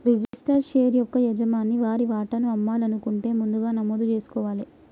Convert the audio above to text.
registered share యొక్క యజమాని వారి వాటాను అమ్మాలనుకుంటే ముందుగా నమోదు జేసుకోవాలే